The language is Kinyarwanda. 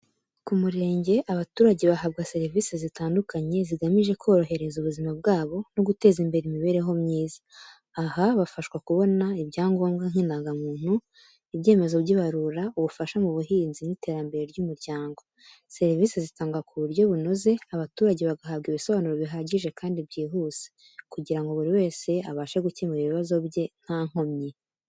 Ku murenge, abaturage bahabwa serivisi zitandukanye zigamije korohereza ubuzima bwabo no guteza imbere imibereho myiza. Aha, bafashwa kubona ibyangombwa nk’indangamuntu, ibyemezo by’ibarura, ubufasha mu buhinzi n’iterambere ry’umuryango. Serivise zitangwa ku buryo bunoze, abaturage bagahabwa ibisobanuro bihagije kandi byihuse, kugira ngo buri wese abashe gukemura ibibazo bye nta nkomyi.